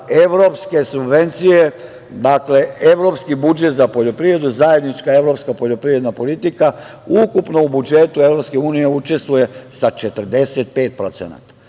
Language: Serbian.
evropske subvencije, evropski budžet za poljoprivredu, zajednička evropska poljoprivredna politika, ukupno u budžetu EU učestvuje sa 45%.